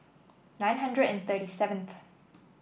nine hundred and thirty seventh